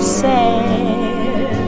sad